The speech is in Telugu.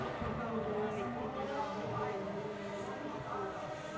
అకౌంట్ ఉన్న వ్యక్తి తన అకౌంట్లో డబ్బులు నేరుగా తీసుకోవచ్చు